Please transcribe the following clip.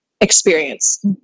experience